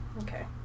Okay